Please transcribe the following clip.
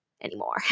anymore